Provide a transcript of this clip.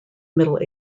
middle